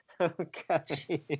Okay